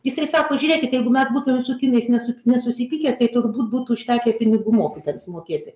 jisai sako žiūrėkit jeigu mes būtumėm su kinais nes nesusipykę tai turbūt būtų užtekę pinigų mokytojams mokėti